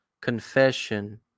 confession